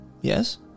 Yes